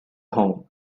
home